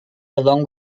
along